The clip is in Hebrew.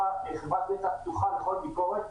חברת נת"ע פתוחה לכל ביקורת.